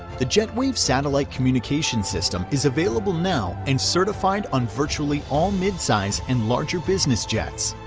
the jetwave satellite communication system is available now and certified on virtually all mid size and larger business jets.